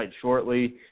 shortly